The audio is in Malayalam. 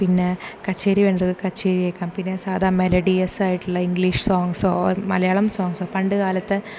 പിന്നെ കച്ചേരി വേണ്ടവർക്ക് കച്ചേരി കേൾക്കാം പിന്നെ സാധാ മെലോഡിയസ് ആയിട്ടുള്ള ഇംഗ്ലീഷ് സോങ്സോ ഓർ മലയാളം സോങ്സോ പണ്ടു കാലത്ത്